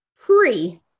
pre